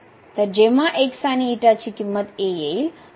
तरजेंव्हा x आणि ची किंमत a येईल